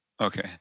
Okay